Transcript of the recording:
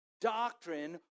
doctrine